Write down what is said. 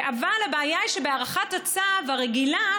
אבל הבעיה היא שבהארכת הצו הרגילה,